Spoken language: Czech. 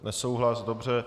Nesouhlas, dobře.